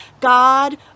God